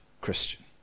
Christian